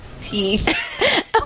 Teeth